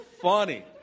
funny